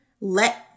let